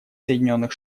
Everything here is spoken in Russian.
соединенных